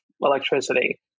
electricity